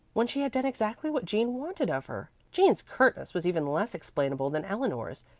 when she had done exactly what jean wanted of her. jean's curtness was even less explainable than eleanor's,